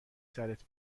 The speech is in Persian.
سرت